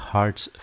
Hearts